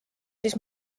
siis